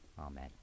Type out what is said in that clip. Amen